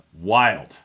Wild